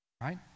right